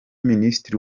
minisitiri